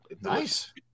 Nice